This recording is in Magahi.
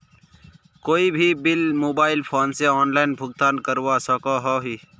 कोई भी बिल मोबाईल फोन से ऑनलाइन भुगतान करवा सकोहो ही?